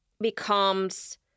becomes